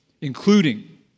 Including